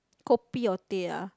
kopi or teh ah